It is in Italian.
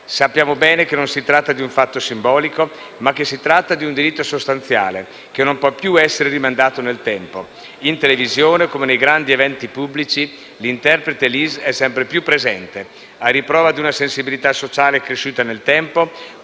Sappiamo bene che si tratta non solo di un fatto simbolico, ma anche di un diritto sostanziale, che non può più essere rimandato nel tempo. In televisione, come nei grandi eventi pubblici, l'interprete LIS è sempre più presente, a riprova di una sensibilità sociale cresciuta nel tempo,